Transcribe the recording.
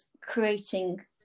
creating